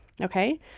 okay